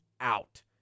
out